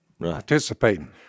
participating